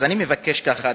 אז אני מבקש ככה,